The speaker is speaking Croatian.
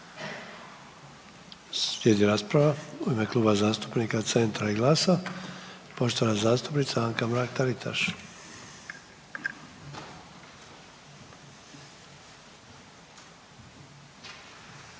Slijedi rasprava u ime Kluba zastupnika Centra i GLAS-a, poštovana zastupnica Anka Mrak-Taritaš.